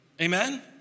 Amen